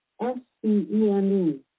S-C-E-M-E